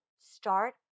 Start